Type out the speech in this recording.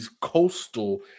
coastal